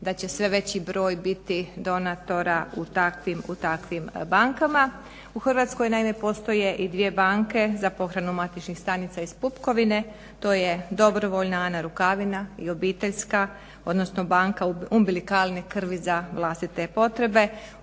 da će sve veći broj biti donotora u takvim bankama. U Hrvatskoj naime postoje i dvije banke za pohranu matičnih stanica iz pupkovine, to je dobrovoljna Ana Rukavina i obiteljska odnosno obiteljska banka umbilikalne krvi za vlastite potrebe.